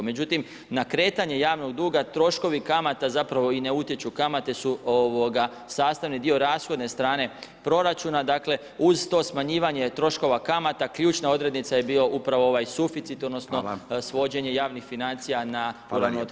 Međutim, na kretanje javnog duga, troškovi kamata zapravo i ne utječu, kamate su sastavni dio rashodne strane proračuna, dakle, uz to smanjivanja troškova kamata, ključna odrednica je bilo upravo ovaj suficit, odnosno, svođenje javnih financija na neuravnoteženu razinu.